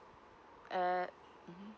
err uh mm